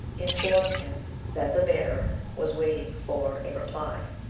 informed him that the bearer was waiting for a reply.